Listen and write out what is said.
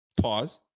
Pause